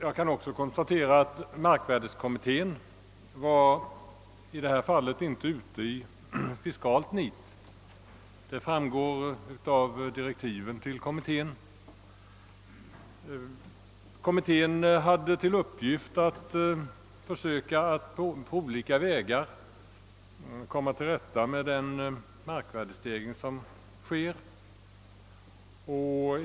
Jag konstaterar också att markvärdekommittén på vars förslag propositionen bygger i detta fall inte var ute i fiskalt nit. Detta framgår av direktiven till kommittén. Kommittén hade till uppgift att på olika vägar försöka komma till rätta med den markvärdestegring som pågår.